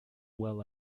well